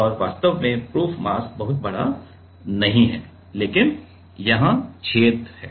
और वास्तव में प्रूफ मास बहुत बड़ा नहीं है लेकिन यहाँ छेद हैं